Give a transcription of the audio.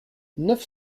neuf